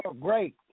great